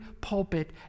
pulpit